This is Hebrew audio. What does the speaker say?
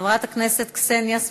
חברת הכנסת קסניה סבטלובה,